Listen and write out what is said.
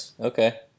Okay